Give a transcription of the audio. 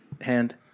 Hand